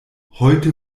heute